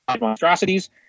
monstrosities